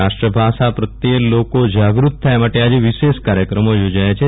રાષ્ટ્રભાષા હિન્દી પ્રત્યે લોકો જાગૃત થાય એ માટે આજે વિશેષ કાર્યક્રમો યોજાયા છે